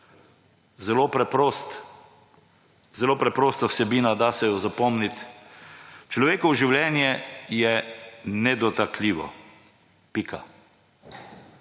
življenja. Zelo preprosta vsebina, da se jo zapomniti. Človekovo življenje je nedotakljivo. Pika.